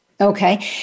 Okay